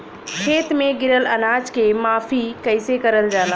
खेत में गिरल अनाज के माफ़ी कईसे करल जाला?